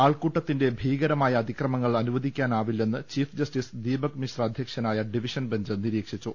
ആൾക്കൂട്ടത്തിന്റെ ഭീകരമായ അതി ക്രമങ്ങൾ അനുവദിക്കാനാവില്ലെന്ന് ചീഫ് ജസ്റ്റിസ് ദീപക് മിശ്ര അധ്യക്ഷനായ ഡിവിഷൻ ബെഞ്ച് നിരീക്ഷിച്ചു